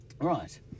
Right